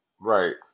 Right